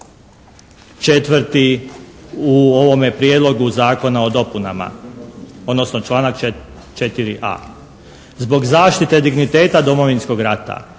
4. u ovome prijedlogu zakona o dopunama odnosno članak 4.a. "Zbog zaštite digniteta Domovinskog rata